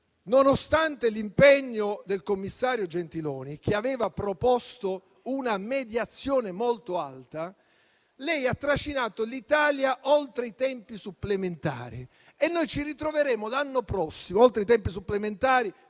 Nonostante l'impegno del commissario Gentiloni, che aveva proposto una mediazione molto alta, lei ha trascinato l'Italia oltre i tempi supplementari. Ci ritroveremo l'anno prossimo oltre i tempi supplementari